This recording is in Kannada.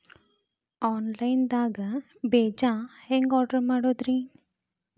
ಆನ್ಲೈನ್ ದಾಗ ಬೇಜಾ ಹೆಂಗ್ ಆರ್ಡರ್ ಮಾಡೋದು?